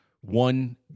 one